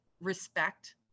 respect